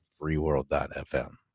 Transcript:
freeworld.fm